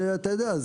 שאתה יודע,